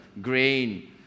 grain